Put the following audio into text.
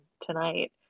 tonight